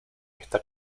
está